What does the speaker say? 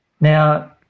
Now